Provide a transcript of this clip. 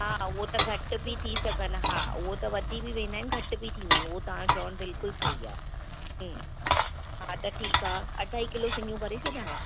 हा उहो त घटि बि थी सघनि हा उहो त वधी बि वेंदा आहिनि घटि बि थींदा आहिनि उहो तव्हां जो चवणु बिल्कुलु सही आहे हा त ठीकु आहे अढाई किलो सिङियूं करे छॾियांव